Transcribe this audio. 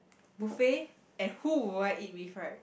buffet and who would I eat with right